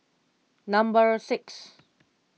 number six